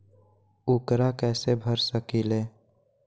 ऊकरा कैसे भर सकीले?